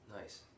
Nice